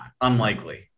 Unlikely